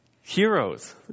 Heroes